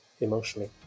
emotionally